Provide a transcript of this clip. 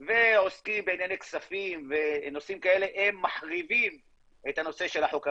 ועוסקים בענייני כספים ונושאים כאלה והם מחריבים את הנושא של החוק הבדואי.